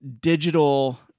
digital